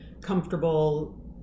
comfortable